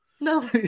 no